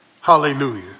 Hallelujah